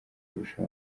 kurusha